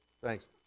Thanks